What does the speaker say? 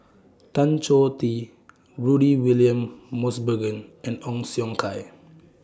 Tan Choh Tee Rudy William Mosbergen and Ong Siong Kai